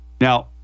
Now